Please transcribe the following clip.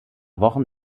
wochen